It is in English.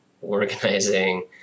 organizing